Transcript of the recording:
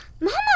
Mama